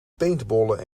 paintballen